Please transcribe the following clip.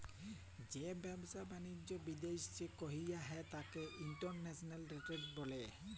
যে ব্যাবসা বালিজ্য বিদ্যাশে কইরা হ্যয় ত্যাকে ইন্টরন্যাশনাল টেরেড ব্যলে